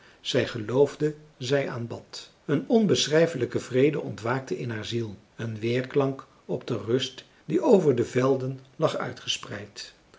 zij geloofde zij aanbad een onbeschrijfelijke vrede ontwaakte in haar ziel een weerklank op de rust die over de velden lag uitgespreid